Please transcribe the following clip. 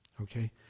Okay